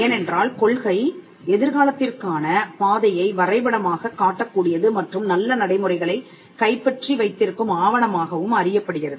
ஏனென்றால் கொள்கை எதிர்காலத்திற்கான பாதையை வரைபடமாகக் காட்டக் கூடியது மற்றும் நல்ல நடைமுறைகளைக் கைப்பற்றி வைத்திருக்கும் ஆவணமாகவும் அறியப்படுகிறது